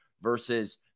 versus